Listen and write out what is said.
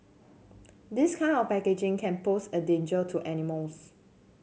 this kind of packaging can pose a danger to animals